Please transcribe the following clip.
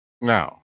Now